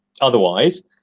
otherwise